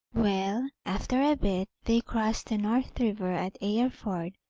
well, after a bit they crossed the north river at eyar ford,